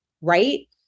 right